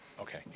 okay